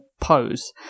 pose